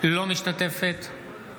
אינה משתתפת בהצבעה